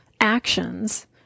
actions